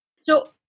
So-